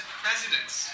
presidents